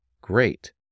great